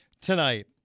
tonight